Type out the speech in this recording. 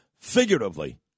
figuratively –